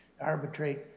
arbitrate